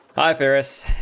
by various